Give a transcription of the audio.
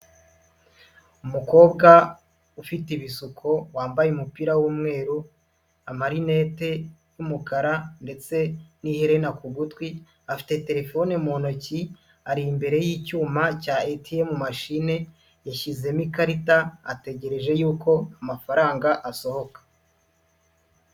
Umukobwa ufite ibisuko wambaye umupira w'umweru, amarinete y'umukara ndetse n'iherena ku gutwi, afite terefone mu ntoki ari imbere y'icyuma cya ATM mashine yashyizemo ikarita, ategereje yuko amafaranga asohoka.